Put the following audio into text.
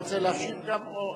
והן נותנות עבודה איכותית.